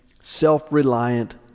self-reliant